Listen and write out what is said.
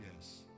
Yes